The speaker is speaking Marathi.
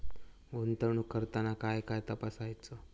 गुंतवणूक करताना काय काय तपासायच?